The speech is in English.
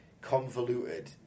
convoluted